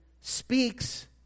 speaks